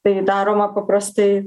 tai daroma paprastai